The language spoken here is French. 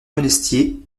monestier